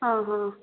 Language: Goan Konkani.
आं हा